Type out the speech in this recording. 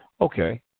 okay